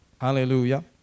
Hallelujah